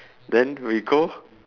then we go